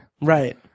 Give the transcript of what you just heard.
Right